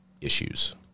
issues